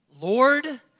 Lord